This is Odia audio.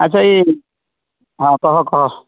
ଆଚ୍ଛା ଏ ହଁ କହ କହ